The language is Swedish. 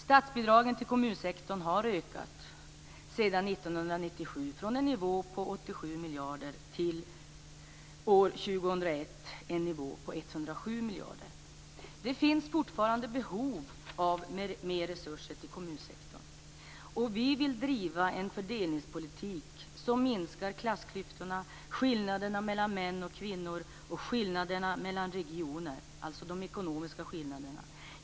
Statsbidragen till kommunsektorn har ökat sedan 1997 från en nivå på 87 miljarder till en nivå på 107 miljarder år 2001. Det finns fortfarande behov av mer resurser till kommunsektorn. Vi vill driva en fördelningspolitik som minskar klassklyftorna, skillnaderna mellan män och kvinnor och de ekonomiska skillnaderna mellan regioner.